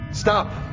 Stop